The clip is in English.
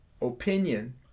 opinion